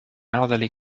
elderly